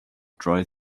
drive